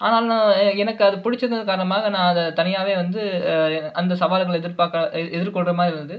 ஆனாலும் எனக்கு அது புடிச்சது காரணமாக நான் அதை தனியாகவே வந்து அந்த சவால்களை எதிர் பார்க்கற எதிர்க்கொள்கிற மாதிரி இருந்தது